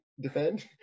defend